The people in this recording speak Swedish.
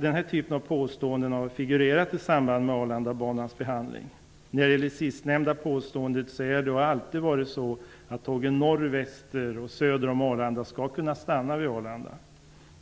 Den här typen av påståenden har figurerat i samband med Arlandabanans behandling. Vad gäller det sistnämnda påståendet är det och har alltid varit så att de tåg som kommer norrifrån, västerifrån och söderifrån kan stanna vid Arlanda.